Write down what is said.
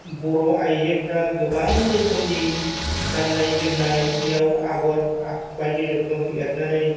बर' आइजोफोरा गोबां रोखोमनि गाननाय जोमनायाव आगर बायदि रोखोम एरनानै